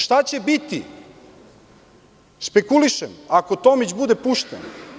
Šta će biti, špekulišem, ako Tomić bude pušten?